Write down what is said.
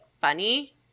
funny